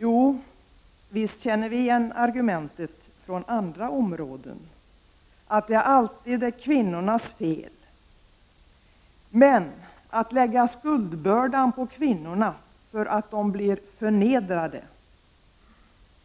Jo, visst känner vi igen argumentet från andra områden, att det alltid är kvinnornas fel, men att lägga skuldbördan på kvinnorna för att de blir förnedrade